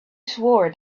swore